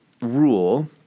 rule